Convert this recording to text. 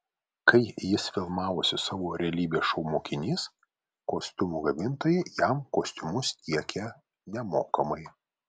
kai jis filmavosi savo realybės šou mokinys kostiumų gamintojai jam kostiumus tiekė nemokamai